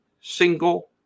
single